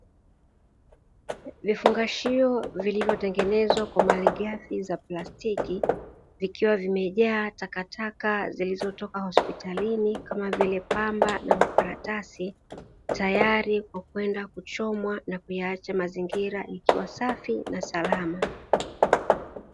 Vifungashio vilivyotengenezwa kwa malighafi za plastiki, vikiwa vimejaa takataka zilizotoka hospitalini, kama vile; pamba na makaratasi, tayari kwa kwenda kuchomwa na kuyaacha mazingira yakiwa safi na salama.